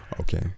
okay